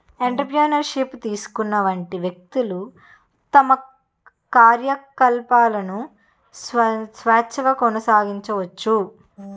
entrepreneur ship తీసుకున్నటువంటి వ్యక్తులు తమ కార్యకలాపాలను స్వేచ్ఛగా కొనసాగించుకోవచ్చు